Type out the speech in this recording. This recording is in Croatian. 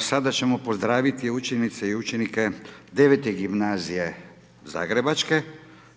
sada ćemo pozdraviti učenice i učenike IX. Gimnazije zagrebačke